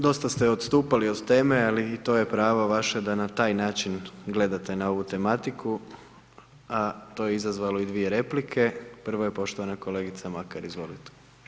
Dosta ste odstupali od teme, ali i to je pravo vaše da na taj način gledate na ovu tematiku, a to je izazvalo i dvije replike, prava je poštovana kolegica Makar, izvolite.